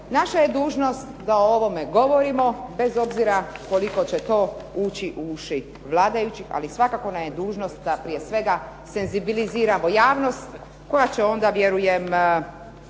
naša je dužnost da o ovome govorimo bez obzira koliko će to ući u uši vladajućih, ali svakako nam je dužnost da prije svega senzibiliziramo javnost koja će onda vjerujem